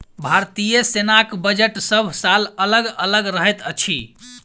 भारतीय सेनाक बजट सभ साल अलग अलग रहैत अछि